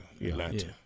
Atlanta